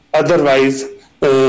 otherwise